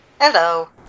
Hello